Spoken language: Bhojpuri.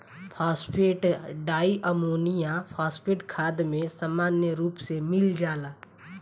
फॉस्फेट डाईअमोनियम फॉस्फेट खाद में सामान्य रूप से मिल जाला